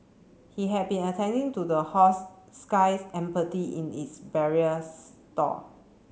he had been attending to the horse skies empathy in its barrier stall